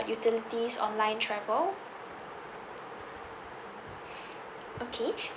utilities online travel okay